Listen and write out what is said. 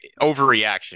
overreaction